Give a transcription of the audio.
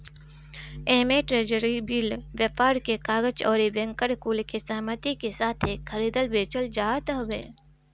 एमे treasury bill, व्यापार के कागज अउरी बैंकर कुल के सहमती के साथे खरीदल बेचल जात हवे